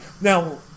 Now